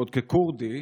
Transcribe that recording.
ועוד ככורדי,